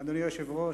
אדוני היושב-ראש,